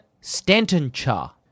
Stanton-cha